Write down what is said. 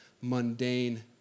mundane